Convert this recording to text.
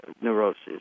neurosis